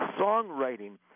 songwriting